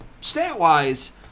stat-wise